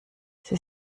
sie